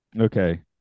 Okay